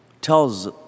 tells